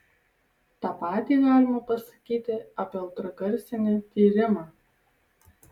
tą patį galima pasakyti apie ultragarsinį tyrimą